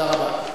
תודה רבה.